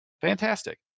Fantastic